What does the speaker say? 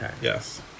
Yes